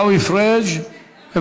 חבר הכנסת עיסאווי פריג' מוותר,